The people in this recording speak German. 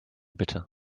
bitte